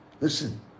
Listen